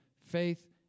faith